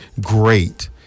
great